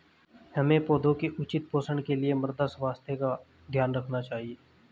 हमें पौधों के उचित पोषण के लिए मृदा स्वास्थ्य का ध्यान रखना चाहिए